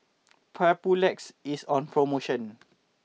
Papulex is on promotion